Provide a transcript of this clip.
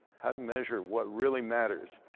how to measure what really matters,